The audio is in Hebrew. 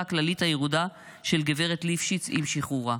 הכללית הירודה של גברת ליפשיץ עם שחרורה.